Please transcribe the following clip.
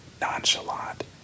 nonchalant